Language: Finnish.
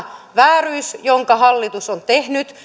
vääryys jonka hallitus on tehnyt